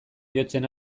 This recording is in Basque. jotzen